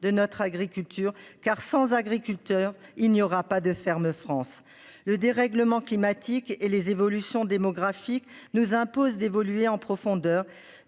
de notre agriculture. Car sans agriculteurs il n'y aura pas de ferme France le dérèglement climatique et les évolutions démographiques nous impose d'évoluer en profondeur